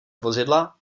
vozidla